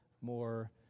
more